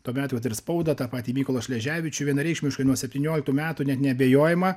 tuometę vat ir spaudą tą patį mykolą šleževičių vienareikšmiškai nuo septynioliktų metų net neabejojama